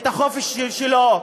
את החופש שלו,